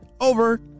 Over